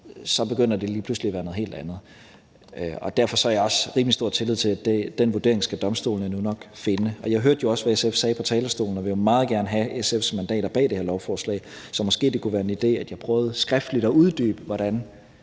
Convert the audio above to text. så begynder det lige pludselig at være noget helt andet. Derfor har jeg også rimelig stor tillid til, at domstolene nu nok skal finde frem til den vurdering. Jeg hørte jo også, hvad SF sagde på talerstolen, og jeg vil meget gerne have SF's mandater bag det her lovforslag. Så måske det kunne være en idé, at jeg skriftligt prøvede at uddybe, hvordan